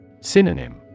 Synonym